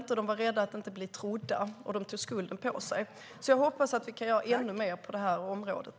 De var rädda för att inte bli trodda och tog på sig skulden. Jag hoppas alltså att vi kan göra ännu mer på området.